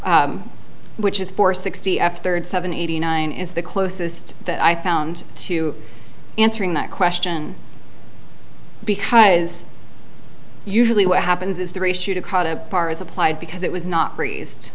n which is for sixty f third seven eighty nine is the closest that i found to answering that question because usually what happens is the ratio to cause a bar is applied because it was not raised